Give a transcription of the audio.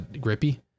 grippy